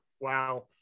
Wow